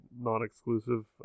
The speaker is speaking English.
non-exclusive